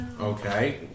Okay